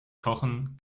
kochen